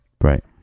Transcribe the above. Right